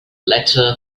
letter